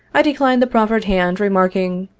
i declined the proffered hand, remarking,